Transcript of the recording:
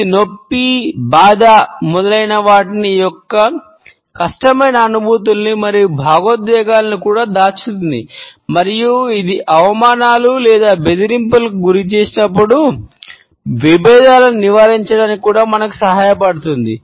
ఇది నొప్పి బాధ మొదలైనవాటి యొక్క కష్టమైన అనుభూతులను మరియు భావోద్వేగాలను కూడా దాచుతుంది మరియు ఇది అవమానాలు లేదా బెదిరింపులకు గురిచేయబడినప్పుడు విభేదాలను నివారించడానికి కూడా మనకు సహాయపడుతుంది